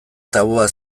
tabua